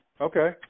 Okay